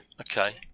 Okay